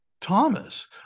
Thomas